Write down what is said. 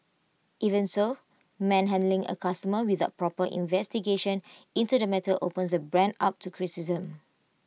even so manhandling A customer without proper investigation into the matter opens the brand up to criticisms